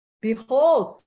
behold